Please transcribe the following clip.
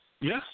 yes